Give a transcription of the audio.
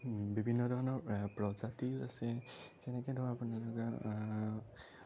বিভিন্ন ধৰণৰ প্ৰজাতিও আছে যেনেকে ধৰক আপুনি